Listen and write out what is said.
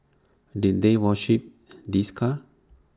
did they worship this car